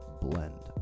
blend